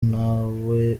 ntawe